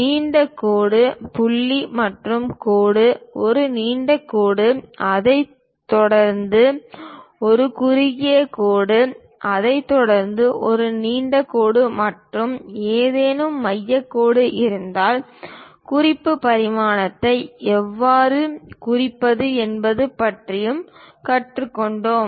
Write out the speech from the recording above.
நீண்ட கோடு புள்ளி மற்றும் கோடு ஒரு நீண்ட கோடு அதைத் தொடர்ந்து ஒரு குறுகிய கோடு அதைத் தொடர்ந்து ஒரு நீண்ட கோடு மற்றும் ஏதேனும் மையக் கோடுகள் இருந்தால் குறிப்பு பரிமாணத்தை எவ்வாறு குறிப்பது என்பது பற்றியும் கற்றுக்கொண்டோம்